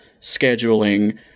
scheduling